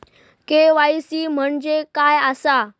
KYC म्हणजे काय आसा?